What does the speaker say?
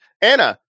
Anna